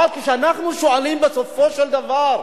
אבל כשאנחנו שואלים, בסופו של דבר,